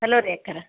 hello ರೀ ಅಕ್ಕೋರೆ